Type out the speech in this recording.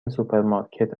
سوپرمارکت